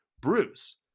Bruce